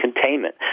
containment